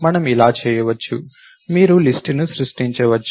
మనము ఇలా చేయవచ్చు మీరు లిస్ట్ ను సృష్టించవచ్చు